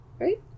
right